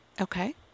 Okay